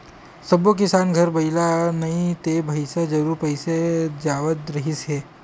सब्बो किसान घर बइला नइ ते भइसा जरूर पोसे जावत रिहिस हे